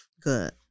good